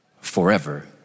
forever